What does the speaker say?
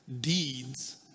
deeds